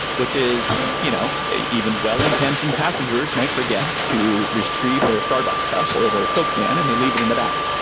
which is you know even well-intentioned passengers might forget to retrieve their starbucks cup, or their coke can and they leave it in the back.